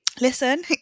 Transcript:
Listen